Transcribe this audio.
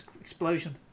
explosion